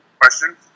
Question